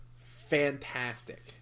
fantastic